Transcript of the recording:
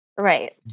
Right